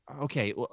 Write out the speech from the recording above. Okay